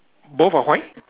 both are white